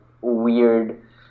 weird